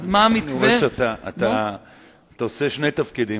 אני רואה שאתה עושה שני תפקידים,